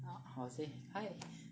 I'll say hi